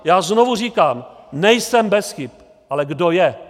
Já znovu říkám, nejsem bez chyb ale kdo je?